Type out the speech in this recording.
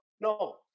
no